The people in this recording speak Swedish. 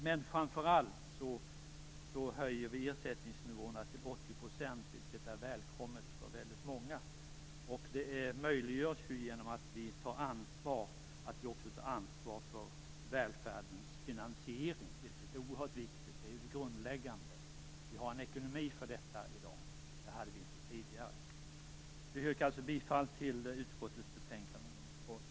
Men framför allt höjer vi ersättningsnivåerna till 80 %, vilket många välkomnar. Det möjliggörs genom att vi också tar ansvar för välfärdens finansiering, vilket är oerhört viktigt. Det är ju det grundläggande. Vi har en ekonomi för detta i dag. Det hade vi inte tidigare. Jag yrkar alltså bifall till hemställan i utskottets betänkande nr 12.